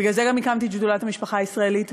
בגלל זה גם הקמתי את שדולת המשפחה הישראלית.